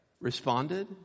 responded